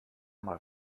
mal